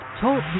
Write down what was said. Talk